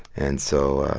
and so,